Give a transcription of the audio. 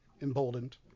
emboldened